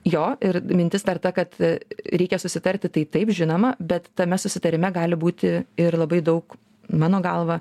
jo ir mintis dar ta kad reikia susitarti tai taip žinoma bet tame susitarime gali būti ir labai daug mano galva